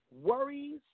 worries